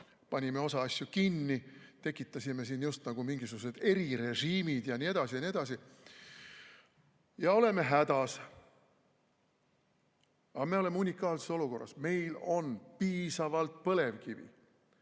panime osa asju kinni, tekitasime siin just nagu mingisugused erirežiimid ja nii edasi ja nii edasi. Ja oleme hädas. Aga me oleme unikaalses olukorras, meil on piisavalt põlevkivi.